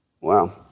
Wow